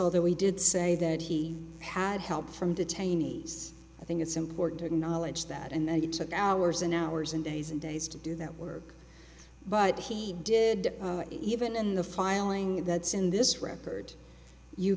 although he did say that he had help from detainees i think it's important to acknowledge that and then he took hours and hours and days and days to do that work but he did even in the filing that's in this record you